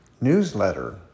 newsletter